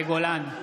מאי גולן,